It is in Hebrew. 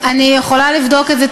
אני יכולה לבדוק את זה,